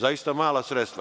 Zaista mala sredstva.